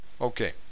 Okay